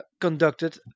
conducted